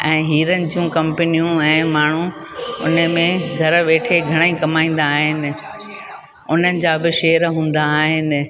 ऐं हीरनि जूं कंपनियूं आहिनि ऐं माण्हू उन में घरु वेठे घणा ई कमाईंदा आहिनि हुननि जा शेयड़ हूंदा आहिनि हुननि जा बि शेयर हूंदा आहिनि